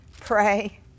Pray